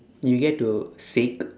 you get to sick